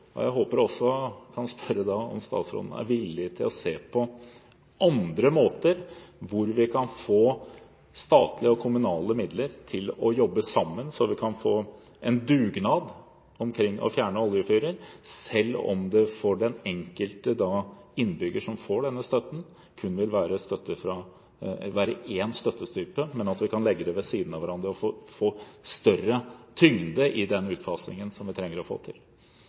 Jeg håper også at – og jeg kan spørre om – statsråden er villig til å se på andre måter å få statlige og kommunale midler til å jobbe sammen på, så vi kan få en dugnad omkring å fjerne oljefyrer, selv om det for den enkelte innbygger som får denne støtten, kun vil være én støttetype, men at vi kan legge dem ved siden av hverandre og få større tyngde i den utfasingen som vi trenger å få til.